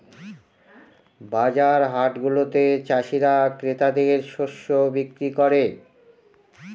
বাজার হাটগুলাতে চাষীরা ক্রেতাদের শস্য বিক্রি করে